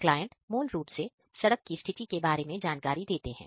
client मूल रूप से सड़क की स्थिति के बारे में जानकारी देते हैं